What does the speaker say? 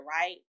right